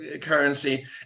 currency